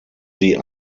sie